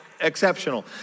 exceptional